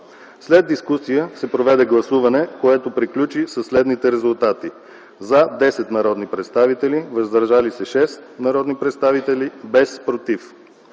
След дискусията се проведе гласуване, което приключи със следните резултати: „за” – 10 народни представители, „въздържали се” – 6 народни представители, без „против”.